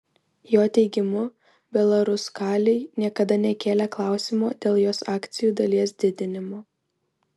jo teigimu belaruskalij niekada nekėlė klausimo dėl jos akcijų dalies didinimo